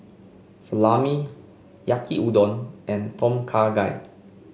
Salami Yaki Udon and Tom Kha Gai